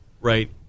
right